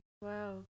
wow